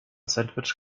sandwich